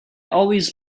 always